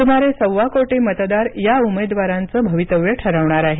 सुमारे सव्वा कोटी मतदार या उमेदवारांचं भवितव्य ठरवणार आहेत